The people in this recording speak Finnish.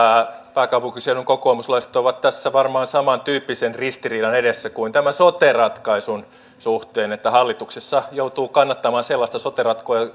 pääkaupunkiseudun kokoomuslaiset ovat tässä varmaan samantyyppisen ristiriidan edessä kuin tämän sote ratkaisun suhteen että hallituksessa joutuu kannattamaan sellaista sote